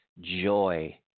joy